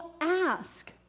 ask